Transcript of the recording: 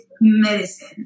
medicine